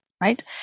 right